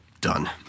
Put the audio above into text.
done